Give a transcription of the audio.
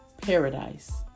paradise